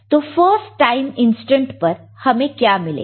तो first time instant पर हमें क्या मिलेगा